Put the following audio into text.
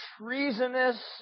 treasonous